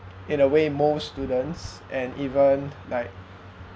in a way most students and even like